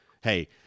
Hey